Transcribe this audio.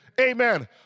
Amen